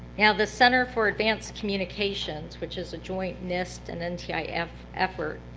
now, the center for advanced communications, which is a joint nist and and ah ntif effort,